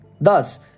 Thus